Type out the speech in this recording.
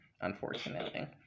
unfortunately